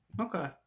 okay